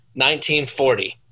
1940